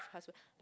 husband